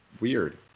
weird